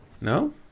no